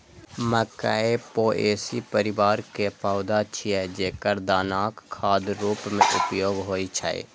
मकइ पोएसी परिवार के पौधा छियै, जेकर दानाक खाद्य रूप मे उपयोग होइ छै